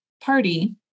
party